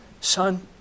Son